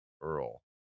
Earl